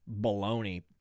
baloney